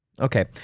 Okay